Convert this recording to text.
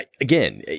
again